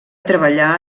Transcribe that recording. treballà